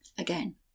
again